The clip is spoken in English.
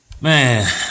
Man